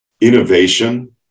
innovation